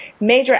major